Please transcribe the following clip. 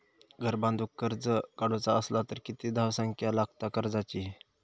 घर बांधूक कर्ज काढूचा असला तर किती धावसंख्या लागता कर्जाची?